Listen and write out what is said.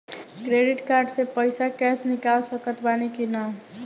Credit card से पईसा cash निकाल सकत बानी की ना?